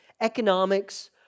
economics